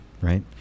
right